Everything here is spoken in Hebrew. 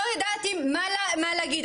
לא ידעתי מה להגיד.